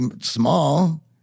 small